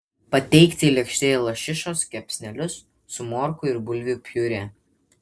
pateikti lėkštėje lašišos kepsnelius su morkų ir bulvių piurė